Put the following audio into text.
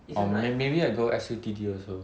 or ma~ maybe I go S_U_T_D also